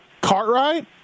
Cartwright